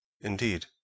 Indeed